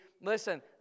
Listen